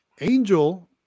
Angel